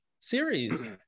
series